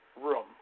room